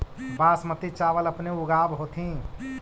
बासमती चाबल अपने ऊगाब होथिं?